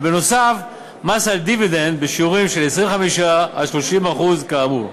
ונוסף על כך מס על דיבידנד בשיעורים של 25% 30% כאמור.